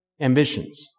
ambitions